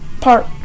Park